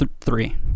three